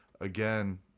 again